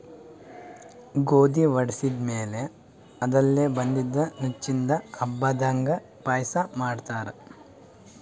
ಗೋಧಿ ವಡಿಸಿದ್ ಮ್ಯಾಲ್ ಅದರ್ಲೆ ಬಂದಿದ್ದ ನುಚ್ಚಿಂದು ಹಬ್ಬದಾಗ್ ಪಾಯಸ ಮಾಡ್ತಾರ್